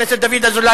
חבר הכנסת דוד אזולאי,